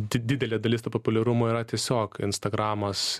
didelė dalis to populiarumo yra tiesiog instagramas